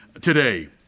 Today